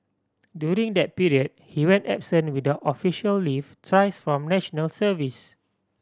during that period he went absent without official leave thrice from National Service